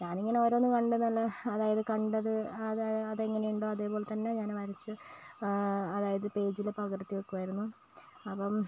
ഞാനിങ്ങനെ ഓരോന്ന് കണ്ട് നല്ല അതായത് കണ്ടത് അതാ അത് എങ്ങനെ ഉണ്ടോ അതുപോലെ തന്നെ ഞാൻ വരച്ച് അതായത് പേജിൽ പകർത്തി വെക്കുമായിരുന്നു അപ്പം